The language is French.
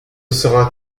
sera